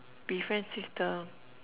be friends with the